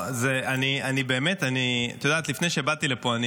לפני שבאתי לפה,